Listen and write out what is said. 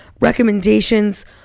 recommendations